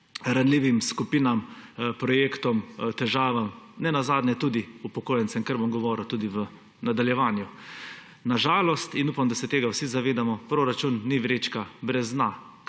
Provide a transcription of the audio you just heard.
ranljivim skupinam, projektom, težavam, nenazadnje tudi upokojencem, kar bom govoril tudi v nadaljevanju. Na žalost – in upam, da se tega vsi zavedamo – proračun ni vrečka brez